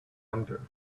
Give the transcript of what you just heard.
gander